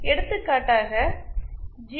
எடுத்துக்காட்டாக ஜி